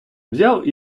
взяв